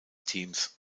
teams